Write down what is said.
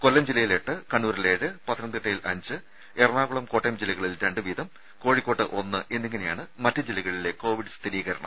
കൊല്ലം ജില്ലയിൽ എട്ട് കണ്ണൂരിൽ ഏഴ് പത്തനംതിട്ടയിൽ അഞ്ച് എറണാകുളം കോട്ടയം ജില്ലകളിൽ രണ്ടുവീതം കോഴിക്കോട്ട് ഒന്ന് എന്നിങ്ങനെയാണ് മറ്റ് ജില്ലകളിലെ കോവിഡ് സ്ഥിരീകരണം